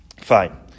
Fine